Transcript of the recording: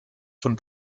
von